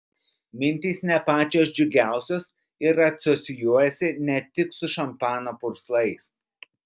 mintys ne pačios džiugiausios ir asocijuojasi ne tik su šampano purslais